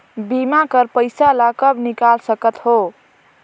बीमा कर पइसा ला कब निकाल सकत हो?